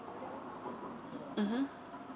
mmhmm